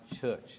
church